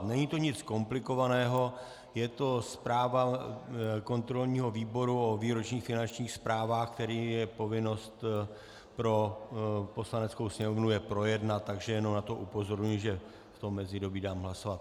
Není to nic komplikovaného, je to zpráva kontrolního výboru o výročních finančních zprávách, které je povinnost pro Poslaneckou sněmovnu je projednat, takže jenom na tu upozorňuji, že o tom v mezidobí dám hlasovat.